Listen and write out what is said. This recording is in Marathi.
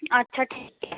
अच्छा ठीक आहे